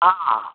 आ